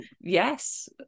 yes